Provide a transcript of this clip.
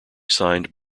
signed